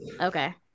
okay